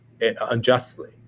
unjustly